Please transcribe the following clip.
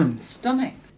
stunning